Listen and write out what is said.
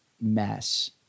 mess